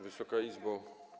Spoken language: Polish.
Wysoka Izbo!